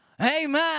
Amen